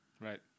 Right